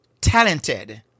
talented